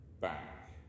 back